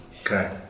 Okay